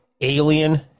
alien